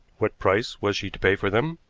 what price was she to pay for them?